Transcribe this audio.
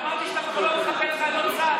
אמרתי שאנחנו לא, חיילות צה"ל.